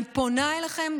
אני פונה אליכם,